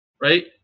Right